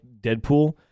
Deadpool